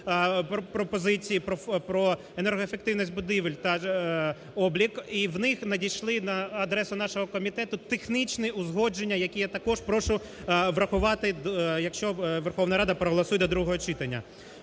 про енергоефективність будівель та облік, і в них надійшли на адресу нашого комітету технічні узгодження, які я також прошу врахувати, якщо Верховна Рада проголосує до другого читання.